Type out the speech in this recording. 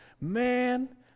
man